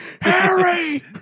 Harry